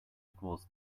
equals